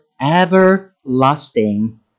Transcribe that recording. everlasting